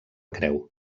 creu